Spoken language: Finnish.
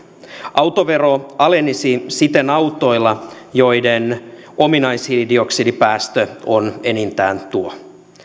autovero alenisi siten autoilla joiden ominaishiilidioksidipäästö on enintään tuo